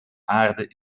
aarde